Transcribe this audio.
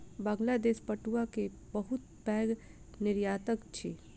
बांग्लादेश पटुआ के बहुत पैघ निर्यातक अछि